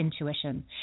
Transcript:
intuition